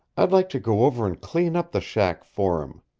i'd like to go over and clean up the shack for him.